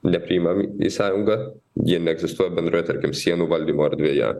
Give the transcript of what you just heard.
nepriimam į sąjungą jie neegzistuoja bendroje tarkim sienų valdymo erdvėje